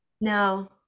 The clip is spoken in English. no